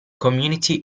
community